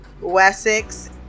wessex